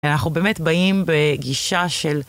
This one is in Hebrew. אנחנו באמת באים בגישה של...